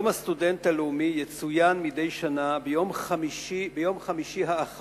יום הסטודנט הלאומי יצוין מדי שנה ביום חמישי האחרון